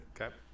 Okay